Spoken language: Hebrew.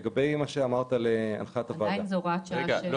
לגבי הנחיית הוועדה ------ זו הוראת